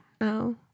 No